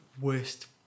worst